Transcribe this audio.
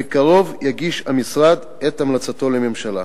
בקרוב יגיש המשרד את המלצתו לממשלה.